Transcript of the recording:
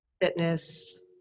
fitness